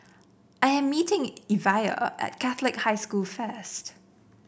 I am meeting Evia at Catholic High School first